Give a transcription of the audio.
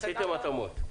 עשיתם התאמות.